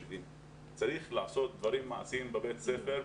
צריך לעשות דברים מעשיים בבתי הספר,